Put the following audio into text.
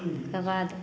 तकरबाद